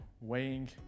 weighing